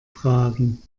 fragen